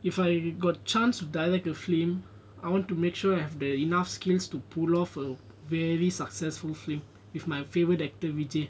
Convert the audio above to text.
if I got chance to direct a film I want to make sure I have the enough skills to pull of a very successful film with my favourite activity